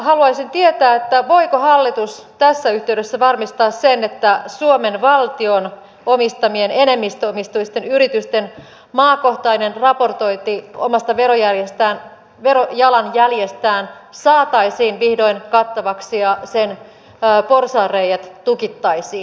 haluaisin tietää voiko hallitus tässä yhteydessä varmistaa sen että suomen valtion omistamien enemmistöomisteisten yritysten maakohtainen raportointi omasta verojalanjäljestään saataisiin vihdoin kattavaksi ja sen porsaanreiät tukittaisiin